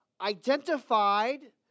identified